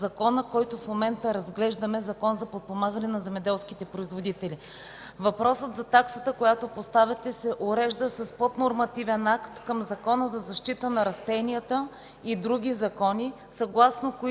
Закон за подпомагане на земеделските производители.